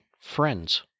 friends